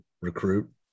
recruit